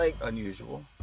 unusual